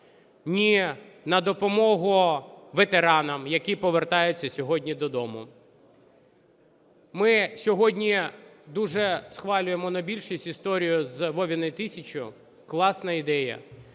ні на допомогу ветеранам, які повертаються сьогодні додому. Ми сьогодні… дуже схвалює монобільшість історію з "Вовиною тисячею", класна ідея.